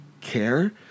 care